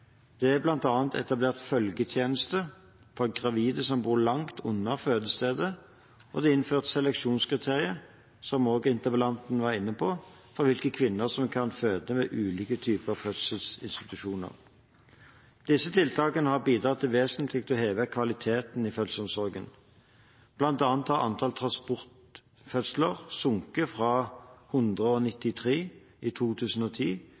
Det er bl.a. etablert følgetjeneste for gravide som bor langt unna fødestedet, og det er innført seleksjonskriterier, som interpellanten også var inne på, for hvilke kvinner som kan føde ved ulike typer fødeinstitusjoner. Disse tiltakene har bidratt vesentlig til å heve kvaliteten i fødselsomsorgen. Blant annet har antall transportfødsler sunket fra 193 i 2010